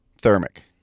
Thermic